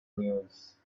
news